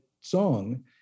song